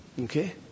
okay